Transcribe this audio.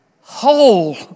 whole